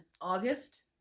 August